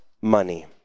money